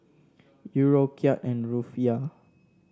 Euro Kyat and Rufiyaa